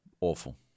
Awful